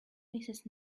mrs